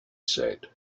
said